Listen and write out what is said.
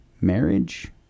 Marriage